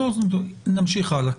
נמשיך הלאה.